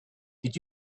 did